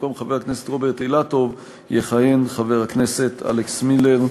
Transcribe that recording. במקום חבר הכנסת רוברט אילטוב יכהן חבר הכנסת אלכס מילר.